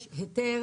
יש היתר